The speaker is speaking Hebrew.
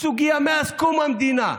סוגיה מאז קום המדינה.